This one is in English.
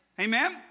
Amen